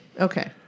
Okay